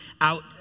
out